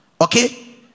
Okay